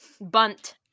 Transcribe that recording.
bunt